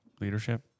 leadership